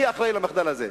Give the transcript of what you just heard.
מי אחראי למחדל הזה?